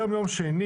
היום יום שני,